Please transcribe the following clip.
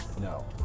No